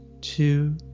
two